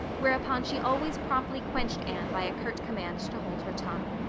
whereupon she always promptly quenched anne by a curt command to hold her tongue.